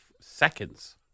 seconds